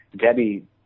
Debbie